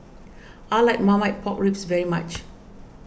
I like Marmite Pork Ribs very much